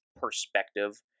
perspective